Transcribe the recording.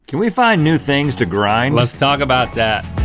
can we find new things to grind? let's talk about that.